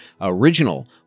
original